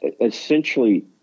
essentially